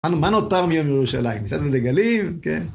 מה נותר מיום ירושלים, שמנו דגלים, כן?